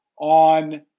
on